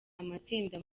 amatsinda